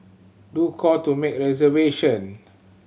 do call to make reservation